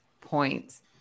points